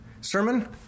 sermon